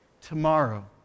tomorrow